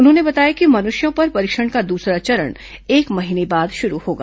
उन्होंने बताया कि मनुष्यों पर परीक्षण का दूसरा चरण एक महीने बाद शुरू होगा